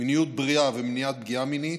מיניות בריאה ומניעת פגיעה מינית,